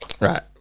right